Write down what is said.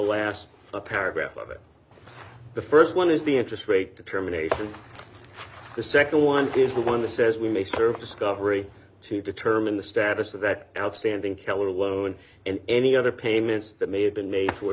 last paragraph of it the st one is the interest rate determination the nd one is the one that says we may serve discovery to determine the status of that outstanding hell alone and any other payments that may have been made